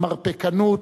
המרפקנות,